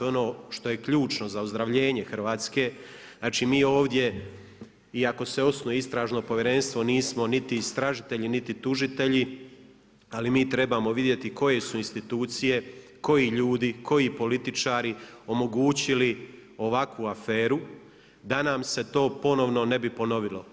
I ono što je ključno za ozdravljenje Hrvatske, znači mi ovdje iako se osnuje istražno povjerenstvo, nismo niti istražitelji niti tužitelji, ali mi trebamo vidjeti, koji su institucije, koji ljudi, koji političari omogućili ovakvu aferu, da nam se to ponovno ne bi ponovilo.